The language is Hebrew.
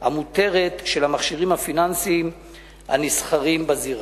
המותרת של המכשירים הפיננסיים הנסחרים בזירה.